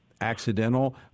accidental